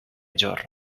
giorno